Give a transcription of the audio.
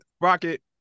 Rocket